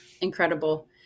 incredible